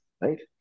right